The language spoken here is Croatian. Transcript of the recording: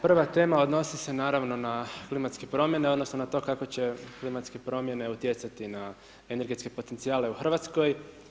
Prva tema odnosi se naravno na klimatske promjene odnosno na to kako će klimatske promjene utjecati na energetske potencijale u Hrvatskoj.